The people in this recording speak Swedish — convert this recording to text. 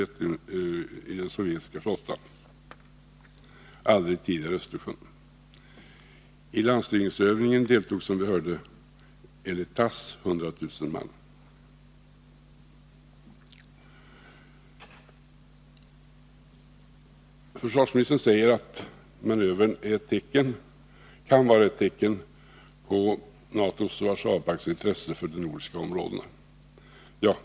Det är det största lands den sovjetiska flottan och har aldrig tidigare varit i Östers ningsövningen deltog, som vi hörde, enligt TASS 100 000 man. Försvarsministern säger att manövern kan vara ett tecken på NATO:s och Warszawapaktens intressen för de nordiska områdena.